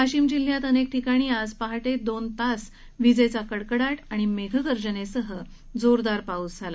वाशिम जिल्ह्यात अनेक ठिकाणी आज पहाटे दोन तास विजेचा कडकडाट आणि मेघगर्जनेसह जोरदार पाऊस झाला